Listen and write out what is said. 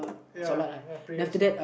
ya prayers lah